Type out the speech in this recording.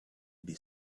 would